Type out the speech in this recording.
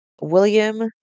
William